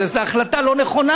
מפני שזאת החלטה לא נכונה.